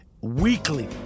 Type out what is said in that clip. weekly